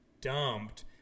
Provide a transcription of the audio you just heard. dumped